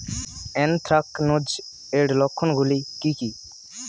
Anthracnose এর লক্ষণ গুলো কি কি?